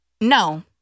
No